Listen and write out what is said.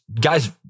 guys